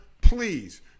please